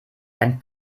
dann